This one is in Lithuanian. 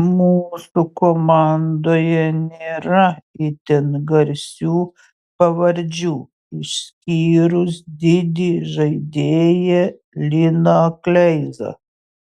mūsų komandoje nėra itin garsių pavardžių išskyrus didį žaidėją liną kleizą